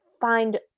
find